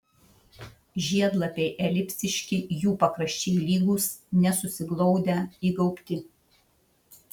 žiedlapiai elipsiški jų pakraščiai lygūs nesusiglaudę įgaubti